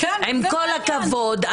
עם כל הכבוד,